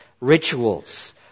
rituals